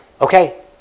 Okay